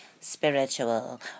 spiritual